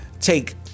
take